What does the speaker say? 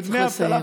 אתה צריך לסיים.